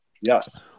Yes